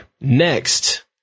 Next